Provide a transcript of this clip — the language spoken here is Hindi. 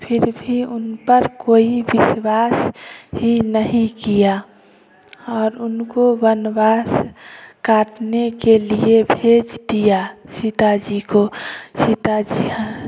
फिर भी उन पर कोई विश्वास ही नहीं किया और उनको वनवास काटने के लिए भेज दिया सीता जी को सीता जी